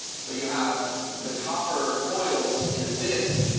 so you have the copper coils in a disc,